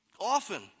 often